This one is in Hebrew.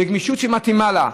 בגמישות שמתאימה לה,